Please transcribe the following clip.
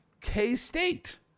K-State